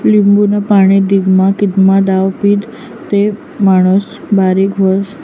लिंबूनं पाणी दिनमा कितला दाव पीदं ते माणूस बारीक व्हस?